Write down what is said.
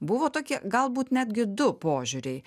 buvo tokie galbūt netgi du požiūriai